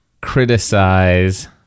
criticize